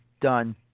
done